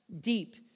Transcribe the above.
deep